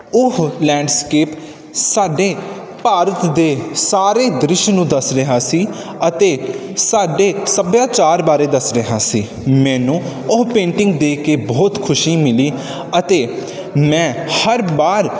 ਉਹ ਲੈਂਡਸਕੇਪ ਸਾਡੇ ਭਾਰਤ ਦੇ ਸਾਰੇ ਦ੍ਰਿਸ਼ ਨੂੰ ਦੱਸ ਰਿਹਾ ਸੀ ਅਤੇ ਸਾਡੇ ਸੱਭਿਆਚਾਰ ਬਾਰੇ ਦੱਸ ਰਿਹਾ ਸੀ ਮੈਨੂੰ ਉਹ ਪੇਂਟਿੰਗ ਦੇਖ ਕੇ ਬਹੁਤ ਖੁਸ਼ੀ ਮਿਲੀ ਅਤੇ ਮੈਂ ਹਰ ਵਾਰ